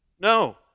No